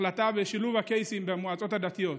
החלטה לשילוב הקייסים במועצות הדתיות.